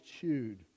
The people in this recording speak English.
chewed